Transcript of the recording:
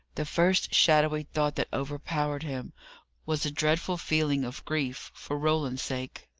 the first shadowy thought that overpowered him was a dreadful feeling of grief, for roland's sake.